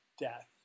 death